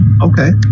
Okay